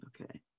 Okay